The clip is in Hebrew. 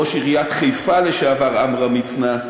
ראש עיריית חיפה לשעבר עמרם מצנע,